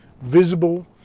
visible